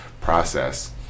process